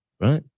Right